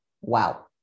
Wow